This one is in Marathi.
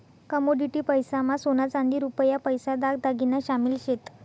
कमोडिटी पैसा मा सोना चांदी रुपया पैसा दाग दागिना शामिल शेत